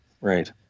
Right